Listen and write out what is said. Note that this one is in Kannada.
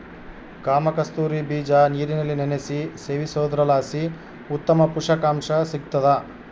ಕಾಮಕಸ್ತೂರಿ ಬೀಜ ನೀರಿನಲ್ಲಿ ನೆನೆಸಿ ಸೇವಿಸೋದ್ರಲಾಸಿ ಉತ್ತಮ ಪುಷಕಾಂಶ ಸಿಗ್ತಾದ